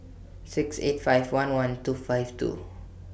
six eight five one one two five two